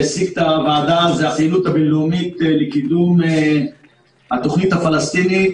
זאת הפעילות הבין-לאומית לקידום התוכנית הפלסטינית,